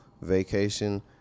vacation